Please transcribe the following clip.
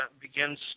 begins